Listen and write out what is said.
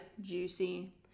juicy